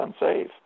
unsafe